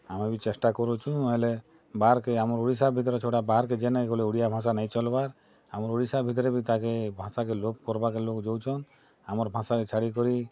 ଆମେ ବି ଚେଷ୍ଟା କରୁଛୁଁ ହେଲେ ବାହାର୍ କେ ଆମର୍ ଓଡ଼ିଶା ଭିତ୍ରର୍ ଛଡ଼ା ବାହାର୍ କେ ଯେନ୍କେ ଗଲେ ଓଡ଼ିଆ ଭାଷା ନେଇ ଚଲ୍ବାର୍ ଆମର୍ ଓଡ଼ିଶା ଭିତରେ୍ ବି ତା'କେ ଭାଷାକେ ଲୋପ୍ କର୍ବାକେ ଲୋକ୍ ଯାଉଛନ୍ ଆମର୍ ଭାଷାକେ ଛାଡ଼ିକରି